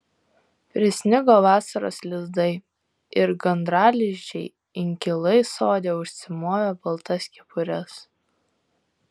prisnigo vasaros lizdai ir gandralizdžiai inkilai sode užsimovė baltas kepures